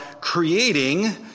creating